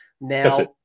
Now